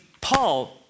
Paul